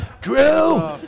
Drew